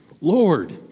Lord